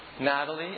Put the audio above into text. Natalie